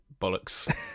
bollocks